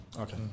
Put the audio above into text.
Okay